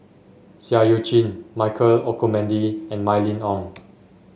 Seah Eu Chin Michael Olcomendy and Mylene Ong